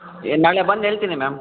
ಏ ನಾಳೆ ಬಂದು ಹೇಳ್ತೀನಿ ಮ್ಯಾಮ್